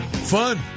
fun